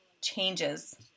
changes